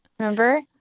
remember